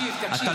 תקשיב, תקשיב.